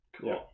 Cool